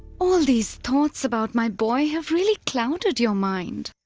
all these thoughts about my boy have really clouded your mind!